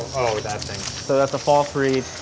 oh that thing. so that's a false read,